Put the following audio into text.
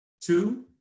two